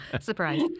Surprise